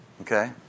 Okay